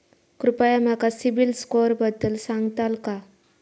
कृपया माका सिबिल स्कोअरबद्दल सांगताल का?